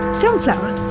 sunflower